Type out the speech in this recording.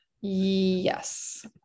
Yes